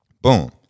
Boom